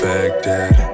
Baghdad